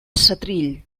setrill